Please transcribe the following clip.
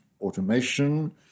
automation